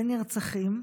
ונרצחים,